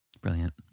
brilliant